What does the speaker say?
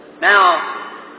Now